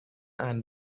and